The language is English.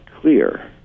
clear